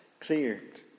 cleared